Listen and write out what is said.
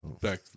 Back